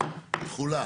אתה רואה התנהלות לא זה,